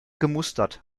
gemustert